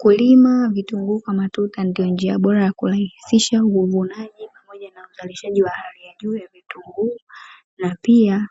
Kulima vitunguu kama tulivyoona ndiyo njia bora ya kurahisisha uvunaji pamoja na uzalishaji wa hali ya juu ya vitunguu na pia